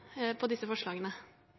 på disse